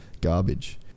garbage